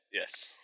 Yes